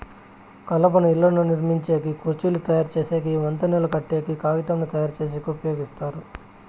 కలపను ఇళ్ళను నిర్మించేకి, కుర్చీలు తయరు చేసేకి, వంతెనలు కట్టేకి, కాగితంను తయారుచేసేకి ఉపయోగిస్తారు